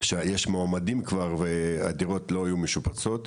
שיש מועמדים כבר והדירות לא היו משופצות.